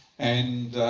and